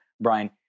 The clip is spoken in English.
Brian